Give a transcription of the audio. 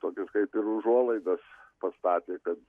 tokias kaip ir užuolaidas pastatė kad